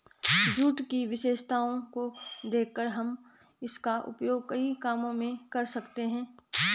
jute की विशेषताओं को देखकर हम इसका उपयोग कई कामों में कर सकते हैं